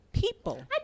people